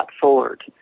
forward